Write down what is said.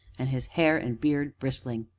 and his hair and beard bristling.